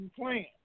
plan